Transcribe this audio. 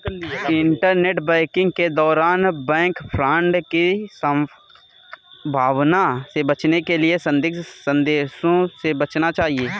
internet banking के दौरान bank fraud की संभावना से बचने के लिए संदिग्ध संदेशों से बचना चाहिए